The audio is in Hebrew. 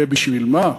ובשביל מה?